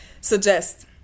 suggest